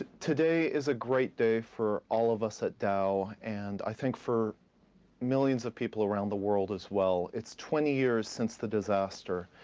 today is a great day for all of us at dow and i think for millions of people around the world as well. it's twenty years since the disaster.